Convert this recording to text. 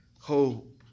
hope